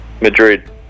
Madrid